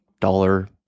dollar